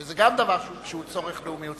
שזה גם דבר שהוא צורך לאומי.